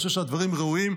אני חושב שהדברים ראויים.